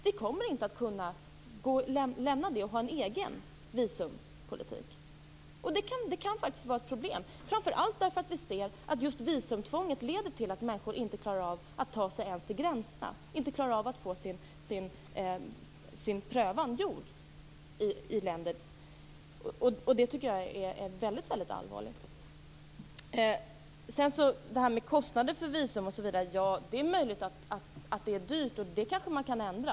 Det kommer inte att gå att lämna detta och ha en egen visumpolitik. Det kan faktiskt vara ett problem; framför allt för att vi ser att just visumtvånget leder till att människor inte klarar av att ta sig ens till gränserna. De klarar inte av att få sin ansökan prövad i dessa länder. Det tycker jag är väldigt allvarligt. Jag vill också säga något om det här med kostnader för visum osv. Det är möjligt att det är dyrt, och det kanske man kan ändra.